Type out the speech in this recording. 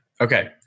Okay